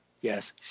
Yes